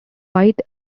white